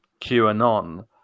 QAnon